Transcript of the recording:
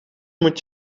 moet